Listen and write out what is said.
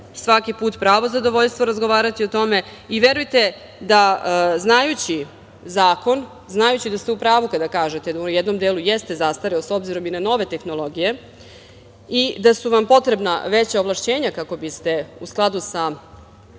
svaki put pravo zadovoljstvo razgovarati o tome. Verujte da, znajući zakon, znajući da ste u pravu kada kažete da u jednom delu jeste zastareo s obzirom i na nove tehnologije i da su vam potrebna veća ovlašćenja kako biste u skladu sa